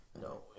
No